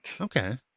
okay